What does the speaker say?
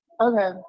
Okay